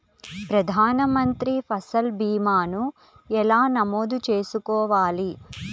ప్రధాన మంత్రి పసల్ భీమాను ఎలా నమోదు చేసుకోవాలి?